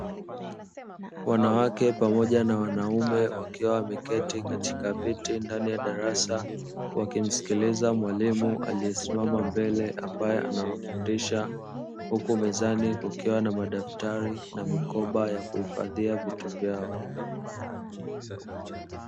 Wanawake pamoja na wanaume wakiwa wameketi katika viti ndani ya darasa, wakimsikiliza mwalimu aliyesimama mbele ambaye anawafundisha huku mezani kukiwa na madaftari na mikoba ya kuhifadhia vitu vyao.